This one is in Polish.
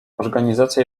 organizacja